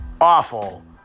Awful